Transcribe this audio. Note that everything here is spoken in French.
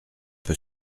peu